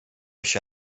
się